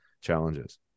challenges